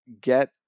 get